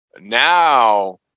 now